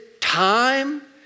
time